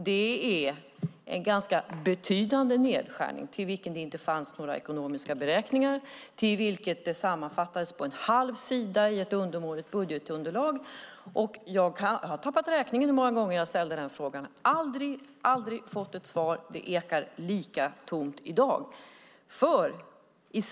Det är en ganska betydande nedskärning som det inte fanns några ekonomiska beräkningar för. Det sammanfattades på en halv sida i ett undermåligt budgetunderlag. Jag har tappat räkning på hur många gånger jag har ställt den frågan. Jag har aldrig fått ett svar. Det ekar lika tomt i dag.